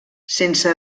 sense